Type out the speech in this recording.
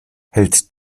hält